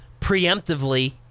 preemptively